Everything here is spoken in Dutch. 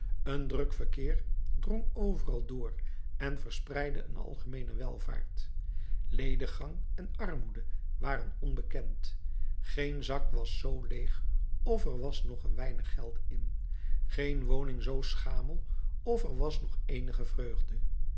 een druk verkeer drong overal door en verspreidde een algemeene welvaart lediggang en armoede waren onbekend geen zak was zoo leeg of er was nog een weinig geld in geen woning zoo schamel of er was nog eenige vreugde